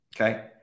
Okay